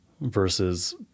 versus